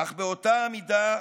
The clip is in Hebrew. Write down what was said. אך באותה המידה,